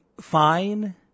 fine